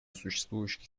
существующих